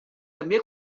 també